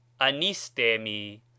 anistemi